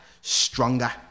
stronger